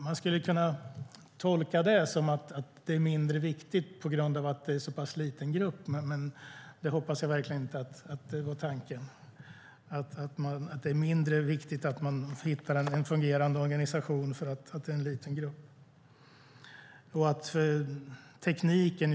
Man skulle kunna tolka det som att det är mindre viktigt att hitta en fungerande organisation för att det är en så pass liten grupp, men jag hoppas verkligen inte att det var tanken.